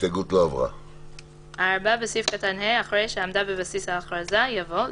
הצבעה בעד מיעוט נגד רוב לא